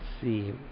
see